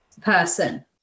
person